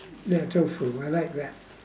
ya tofu I like that